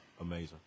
amazing